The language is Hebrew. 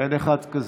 אין אחד כזה.